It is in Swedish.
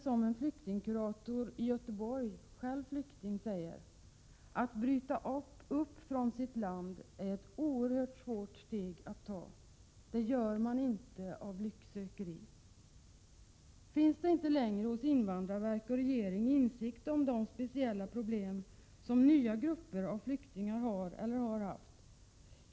Som en flyktingkurator i Göteborg, själv flykting, sade: Att bryta upp från sitt land är ett oerhört svårt steg att ta — det gör man inte av lycksökeri. Finns det inte längre hos invandrarverk och regering insikt om de speciella problem som nya grupper av flyktingar har eller har haft?